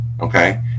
Okay